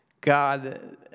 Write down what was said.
God